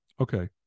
Okay